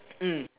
mm